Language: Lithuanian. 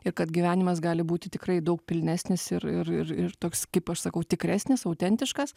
ir kad gyvenimas gali būti tikrai daug pilnesnis ir ir ir ir toks kaip aš sakau tikresnis autentiškas